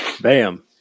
Bam